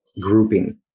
grouping